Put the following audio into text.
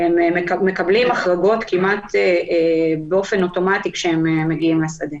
והם מקבלים החרגות כמעט באופן אוטומטי כשהם מגיעים לשדה.